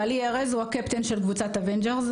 בעלי ארז הוא הקפטן של קבוצת "אוונג'רס",